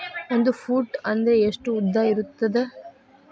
ಒಂದು ಫೂಟ್ ಅಂದ್ರೆ ಎಷ್ಟು ಉದ್ದ ಇರುತ್ತದ?